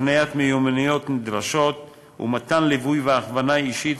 הקניית מיומנויות נדרשות ומתן ליווי והכוונה אישית